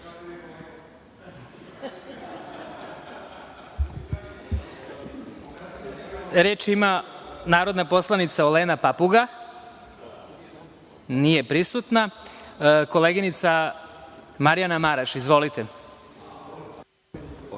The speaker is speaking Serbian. ima narodna poslanica Olena Papuga. Nije prisutna. Reč ima koleginica Marjana Maraš. Izvolite.